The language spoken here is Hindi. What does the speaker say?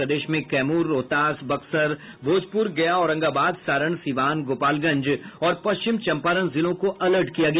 प्रदेश में कैमूर रोहतास बक्सर भोजपुर गया औरंगाबाद सारण सिवान गोपालगंज और पश्चिम चंपारण जिलों को अलर्ट किया गया